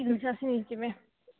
ଆସି ନେଇଯିବେ